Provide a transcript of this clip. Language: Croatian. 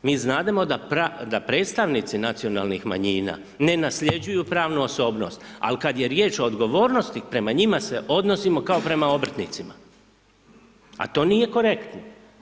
Mi znademo da predstavnici nacionalnih manjina ne nasljeđuju pravnu osobnost, al' kad je riječ o odgovornosti prema njima se odnosimo kao prema obrtnicima, a to nije korektno.